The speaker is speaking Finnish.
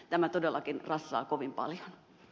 tämä todellakin rassaa kovin paljon